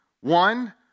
One